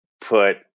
put